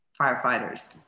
firefighters